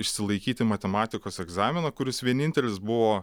išsilaikyti matematikos egzaminą kuris vienintelis buvo